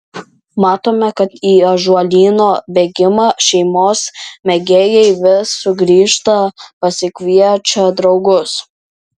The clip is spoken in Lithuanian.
matome kad į ąžuolyno bėgimą šeimos mėgėjai vis sugrįžta pasikviečia draugus